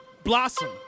Blossom